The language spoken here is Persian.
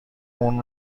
مون